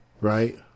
Right